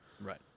Right